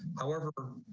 however,